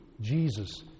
Jesus